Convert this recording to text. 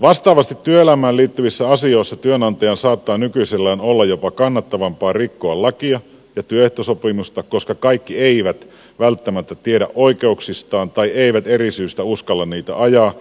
vastaavasti työelämään liittyvissä asioissa työnantajan saattaa nykyisellään olla jopa kannattavampaa rikkoa lakia ja työehtosopimusta koska kaikki eivät välttämättä tiedä oikeuksistaan tai eivät eri syistä uskalla niitä ajaa